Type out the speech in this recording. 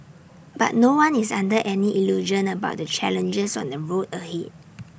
but no one is under any illusion about the challenges on the road ahead